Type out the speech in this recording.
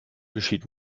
geschieht